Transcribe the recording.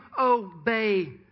obey